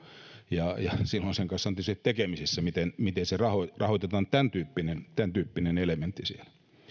ja silloin on tietysti tekemisissä sen kanssa miten tämäntyyppinen tämäntyyppinen elementti rahoitetaan siellä